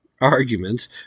arguments